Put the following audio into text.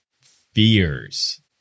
fears